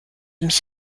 mich